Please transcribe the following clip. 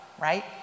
right